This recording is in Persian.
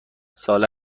ساله